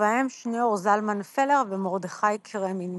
ובהם שניאור זלמן פלר ומרדכי קרמניצר.